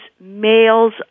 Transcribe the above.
males